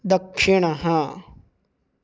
दक्षिणः